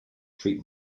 treat